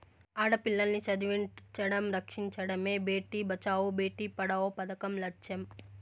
ఆడపిల్లల్ని చదివించడం, రక్షించడమే భేటీ బచావో బేటీ పడావో పదకం లచ్చెం